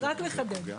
רק לחדד.